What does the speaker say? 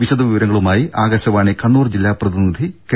വിശദ വിവരങ്ങളുമായി ആകാശവാണി കണ്ണൂർ ജില്ലാ പ്രതിനിധി കെ